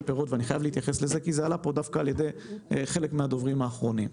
קשור לתקנות האלה אלא קשור לעניינים אחרים.